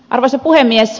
arvoisa puhemies